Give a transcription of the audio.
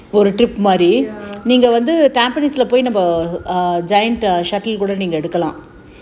ya